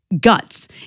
guts